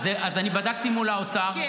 אז אני בדקתי מול האוצר,